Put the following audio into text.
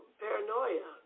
paranoia